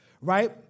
right